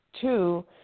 two